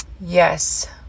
Yes